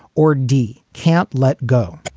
or d, can't let go